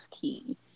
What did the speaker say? key